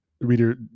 Reader